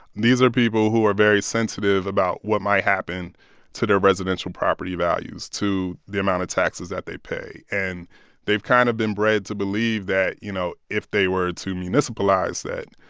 these are people who are very sensitive about what might happen to their residential property values, to the amount of taxes that they pay. and they've kind of been bred to believe that, you know, if they were to municipalize that,